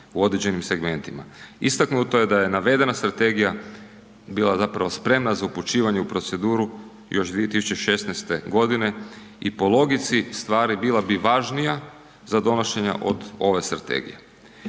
u određenim segmentima. Istaknuto je da je navedena strategija bila zapravo spremna za upućivanje u proceduru još 2016.g. i po logici stvari bila bi važnija za donošenje od ove strategije.